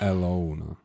Alone